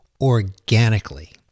organically